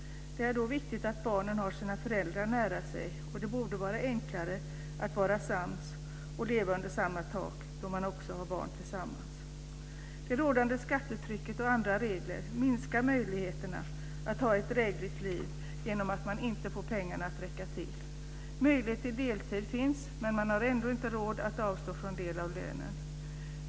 Då är det viktigt att barnen har sina föräldrar nära sig, och det borde vara enklare att vara sams och leva under samma tak då man också har barn tillsammans. Det rådande skattetrycket och andra regler minskar möjligheterna att ha ett drägligt liv genom att man inte får pengarna att räcka till. Möjlighet till deltid finns, men man har ändå inte råd att avstå från del av lönen.